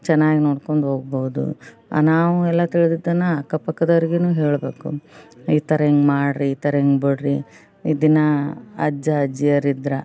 ಚೆನ್ನಾಗಿ ನೋಡ್ಕೊಂಡು ಹೋಗ್ಬೋದು ನಾವು ಎಲ್ಲ ತಿಳಿದಿದ್ದನ್ನು ಅಕ್ಕ ಪಕ್ಕದವರಿಗೂ ಹೇಳಬೇಕು ಈ ಥರ ಹಿಂಗೆ ಮಾಡಿರಿ ಈ ಥರ ಹೀಗೆ ಬಿಡಿರಿ ಇದನ್ನು ಅಜ್ಜ ಅಜ್ಜಿಯರಿದ್ರೆ